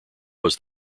was